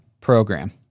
program